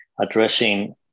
addressing